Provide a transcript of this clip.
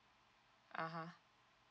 (uh huh)